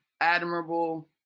admirable